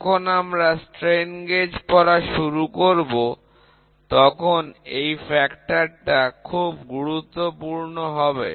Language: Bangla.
যখন আমরা স্ট্রেন গেজ পড়া শুরু করব তখন এই ফ্যাক্টরটা খুব গুরুত্বপূর্ণ হবে